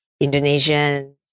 Indonesian